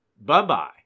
Bye-bye